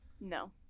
no